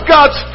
God's